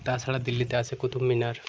তাছাড়া দিল্লিতে আছে কুতুব মিনার